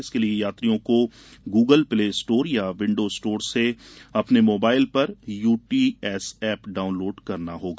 इसके लिए यात्रियों को गूगल प्ले स्टोर या विंडो स्टोर से अपने मोबाइल पर यूटीएस एप डाउनलोड करना होगा